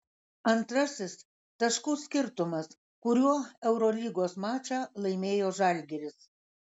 antrasis taškų skirtumas kuriuo eurolygos mačą laimėjo žalgiris